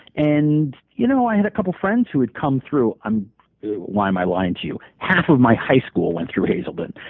and you know, i had a couple of friends who had come through, why am i lying to you? half of my high school went through hazelden.